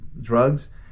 drugs